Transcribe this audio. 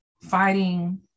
fighting